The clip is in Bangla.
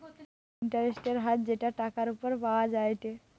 একটা ইন্টারেস্টের হার যেটা টাকার উপর পাওয়া যায়টে